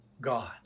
God